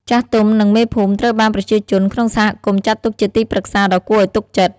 ចាស់ទុំ និងមេភូមិត្រូវបានប្រជាជនក្នុងសហគមន៍ចាត់ទុកជាទីប្រឹក្សាដ៏គួរឲ្យទុកចិត្ត។